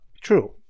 True